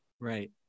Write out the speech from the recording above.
Right